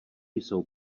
jsou